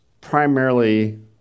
primarily